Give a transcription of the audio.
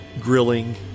grilling